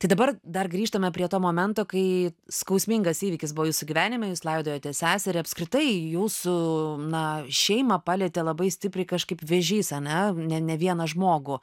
tai dabar dar grįžtame prie to momento kai skausmingas įvykis buvo jūsų gyvenime jūs laidojate seserį apskritai jūsų na šeimą palietė labai stipriai kažkaip vėžys ane ne ne vieną žmogų